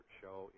show